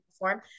perform